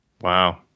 Wow